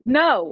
no